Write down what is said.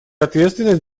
ответственность